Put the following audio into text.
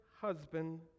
husband